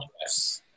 Yes